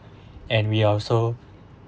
and we're also